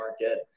market